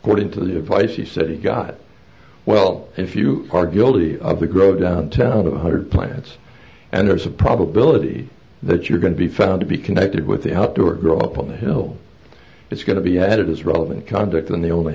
got into the advice he said he got well if you are guilty of the gro downtown two hundred planets and there's a probability that you're going to be found to be connected with the outdoor grow up on the hill it's going to be added as relevant conduct and they only